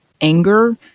anger